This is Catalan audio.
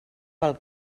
pel